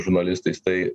žurnalistais tai